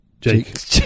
Jake